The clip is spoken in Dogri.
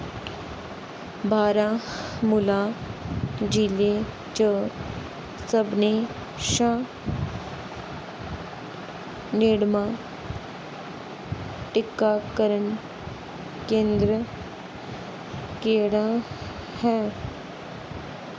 बारा मूला जि'ले च सभनें शा नेड़मां टीकाकरण केंदर केह्ड़ा ऐ